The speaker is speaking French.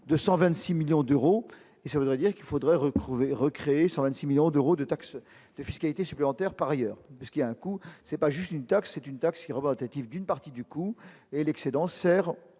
de 126 millions d'euros et ça voudrait dire qu'il faudrait retrouver recréer 126 millions d'euros de taxes de fiscalité supplémentaire par ailleurs ce qui a un coût, c'est pas juste une taxe, c'est une taxe qui relative d'une partie du coût et l'excédent sert